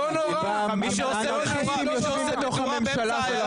לא נורא --- אנרכיסטים יושבים בתוך הממשלה שלכם.